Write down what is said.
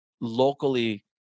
locally